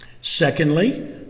Secondly